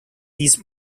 these